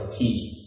peace